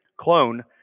clone